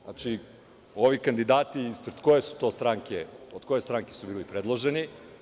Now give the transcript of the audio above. Znači, ovi kandidati, ispred koje su to stranke, od koje stranke su bili predloženi?